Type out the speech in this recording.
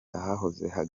ahahoze